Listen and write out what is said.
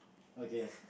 okay